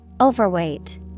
Overweight